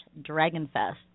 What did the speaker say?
dragonfest